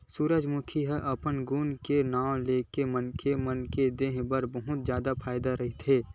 सूरजमूखी ह अपन गुन के नांव लेके मनखे मन के देहे बर बहुत जादा फायदा के रहिथे